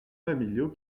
familiaux